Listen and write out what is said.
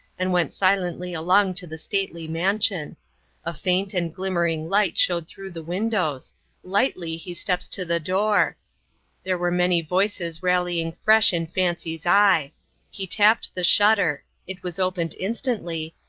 and went silently along to the stately mansion a faint and glimmering light showed through the windows lightly he steps to the door there were many voices rallying fresh in fancy's eye he tapped the shutter it was opened instantly,